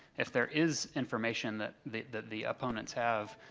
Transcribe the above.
if there is information that the that the opponents have,